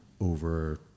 over